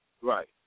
Right